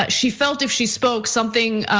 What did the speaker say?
but she felt if she spoke something,